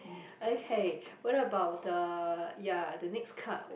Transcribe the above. okay what about the ya the next card